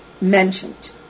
mentioned